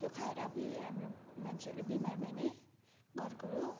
त्यो खाएर अबुइ हाम्रो मान्छेहरू बिमार भयो भने घरकोहरू